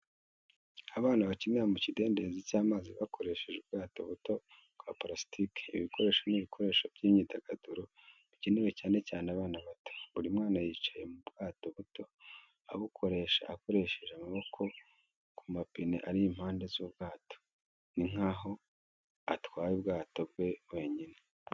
Abana bakinira mu kidendezi cy’amazi bakoresheje ubwato buto bwa purasitiki. Ibi bikoresho ni ibikoresho by’imyidagaduro bigenewe cyane cyane abana bato. Buri mwana yicaye mu bwato buto, abukoresha akoresheje amaboko ku mapine ari impande z’ubwato, ni nkaho atwara ubwato bwe wenyine.